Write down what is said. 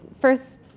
first